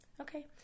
Okay